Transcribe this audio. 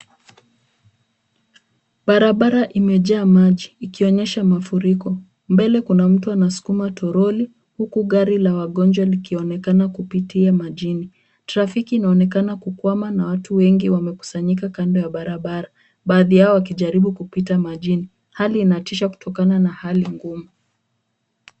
Barabara imejaa maji ikionyesha mafuriko. Mbele kuna mtu anaskuma toroli huku gari la wagonjwa likionekana kupitia majini. Trafiki inaonekana kukwama na watu wengi wamekusanyika kando ya barabara, baadhi yao wakijaribu kupita majini. Hali inatisha kutokana na hali ngumu.